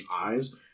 eyes